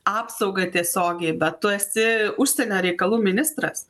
apsaugą tiesiogiai bet tu esi užsienio reikalų ministras